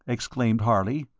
exclaimed harley.